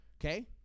Okay